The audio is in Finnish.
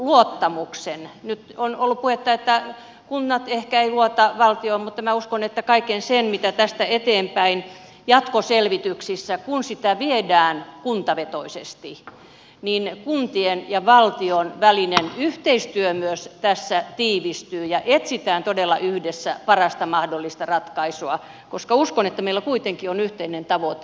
nyt on ollut puhetta että kunnat ehkä eivät luota valtioon mutta minä uskon että kaikki se mitä tästä eteenpäin tehdään jatkoselvityksissä kun sitä viedään kuntavetoisesti niin kuntien ja valtion välinen yhteistyö myös tässä tiivistyy ja etsitään todella yhdessä parasta mahdollista ratkaisua koska uskon että meillä kuitenkin on yhteinen tavoite